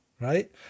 right